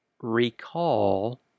recall